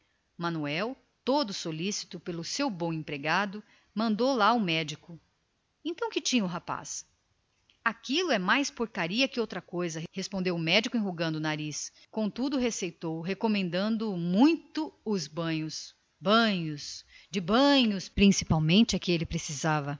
manuel todo solícito pelo seu bom empregado mandou-lhe lá o médico então que tinha o rapaz aquilo é mais porcaria que outra coisa respondeu o facultativo franzindo o nariz mas receitou recomendando banhos mornos banhos de banhos principalmente é que ele precisava